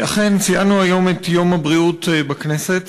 אכן, ציינו היום את יום הבריאות בכנסת.